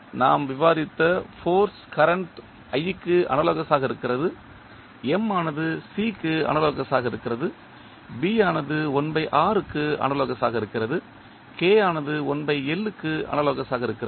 இது நாம் விவாதித்த ஃபோர்ஸ் கரண்ட் i க்கு அனாலோகஸ் ஆக இருக்கிறது M ஆனது C க்கு அனாலோகஸ் ஆக இருக்கிறது B ஆனது 1 R க்கு அனாலோகஸ் ஆக இருக்கிறது K ஆனது 1L க்கு அனாலோகஸ் ஆக இருக்கிறது